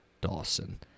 Dawson